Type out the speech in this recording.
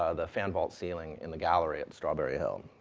ah the fan vault ceiling in the gallery at strawberry hill.